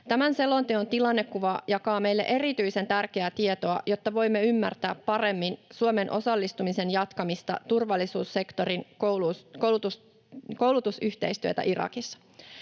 Tämän selonteon tilannekuva jakaa meille erityisen tärkeää tietoa, jotta voimme ymmärtää paremmin Suomen osallistumisen jatkamista turvallisuussektorin koulutusyhteistyössä Irakissa.